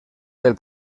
del